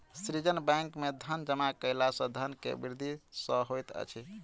सृजन बैंक में धन जमा कयला सॅ धन के वृद्धि सॅ होइत अछि